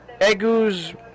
Egu's